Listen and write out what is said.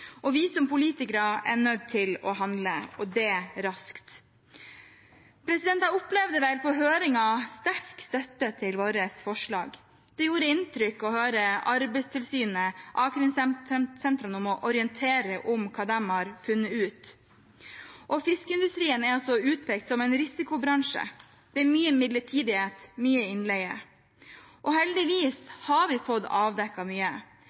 Vi som politikere er nødt til å handle – og det raskt. Jeg opplevde i høringen sterk støtte til våre forslag. Det gjorde inntrykk å høre Arbeidstilsynet og a-krimsentrene orientere om hva de har funnet ut. Fiskeindustrien er altså utpekt som en risikobransje. Det er mye midlertidighet og mye innleie. Heldigvis har vi fått avdekket mye,